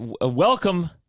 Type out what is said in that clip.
welcome